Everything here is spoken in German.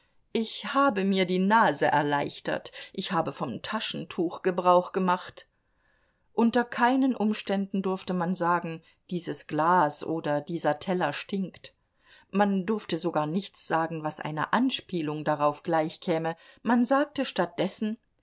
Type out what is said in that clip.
ich habe mir die nase erleichtert ich habe vom taschentuch gebrauch gemacht unter keinen umständen durfte man sagen dieses glas oder dieser teller stinkt man durfte sogar nichts sagen was einer anspielung darauf gleichkäme man sagte